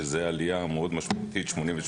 שזאת עלייה משמעותית מאוד,